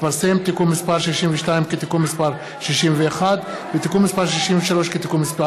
התפרסמו תיקון מס' 62 כתיקון מס' 61 ותיקון מס' 63 כתיקון מס'